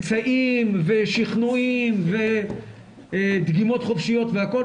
אמצעים ושכנועים ודגימות חופשיות והכל,